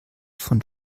von